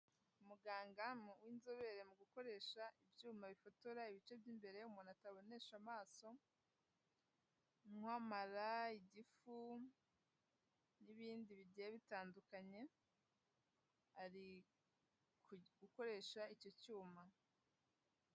Umuganga w'inzobere mu gukoresha ibyuma bifotora ibice by'imbere umuntu atabonenesha amaso nk'amara, igifu n'ibindi bigiye bitandukanye, ari gukoresha icyo cyuma.